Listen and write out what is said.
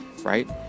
right